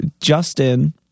Justin